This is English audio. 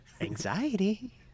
Anxiety